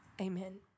Amen